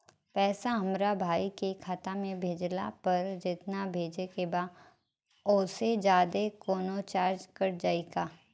पैसा हमरा भाई के खाता मे भेजला पर जेतना भेजे के बा औसे जादे कौनोचार्ज कट जाई का?